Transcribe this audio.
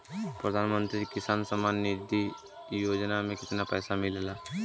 प्रधान मंत्री किसान सम्मान निधि योजना में कितना पैसा मिलेला?